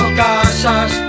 casas